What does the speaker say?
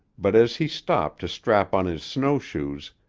but, as he stopped to strap on his snowshoes,